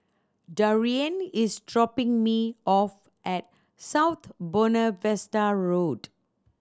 Darian is dropping me off at South Buona Vista Road